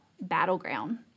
battleground